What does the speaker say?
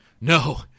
No